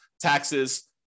taxes